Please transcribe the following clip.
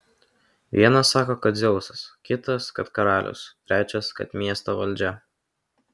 vienas sako kad dzeusas kitas kad karalius trečias kad miesto valdžia